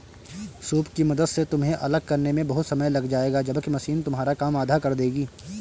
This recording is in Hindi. सूप की मदद से तुम्हें अलग करने में बहुत समय लग जाएगा जबकि मशीन तुम्हारा काम आधा कर देगी